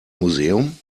museum